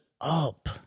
up